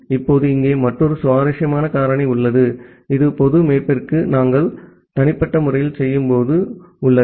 இப்போது இங்கே மற்றொரு சுவாரஸ்யமான காரணி உள்ளது இது பொது மேப்பிங்கிற்கு நாங்கள் தனிப்பட்ட முறையில் செய்யும்போது உள்ளது